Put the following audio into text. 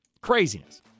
Craziness